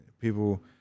people